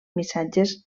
missatges